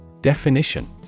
Definition